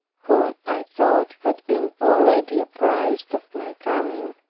who i thought had been already apprised of my coming,